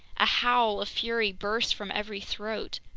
a howl of fury burst from every throat!